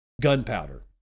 Gunpowder